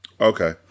okay